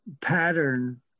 pattern